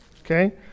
Okay